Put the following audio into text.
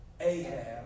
Ahab